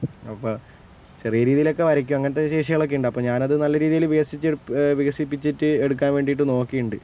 അപ്പം ചെറിയ രീതിയിൽ ഒക്കെ വരയ്ക്കും അങ്ങനത്തെ ശേഷികൾ ഒക്കെയുണ്ട് അപ്പം ഞാൻ അത് നല്ല രീതിയിൽ വികസി വികസിപ്പിച്ചട്ട് എടുക്കാൻ വേണ്ടിട്ട് നോക്കിയിട്ടുണ്ട്